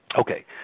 Okay